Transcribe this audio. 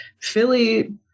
Philly